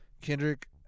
Kendrick